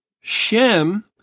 Shem